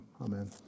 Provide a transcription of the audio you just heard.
amen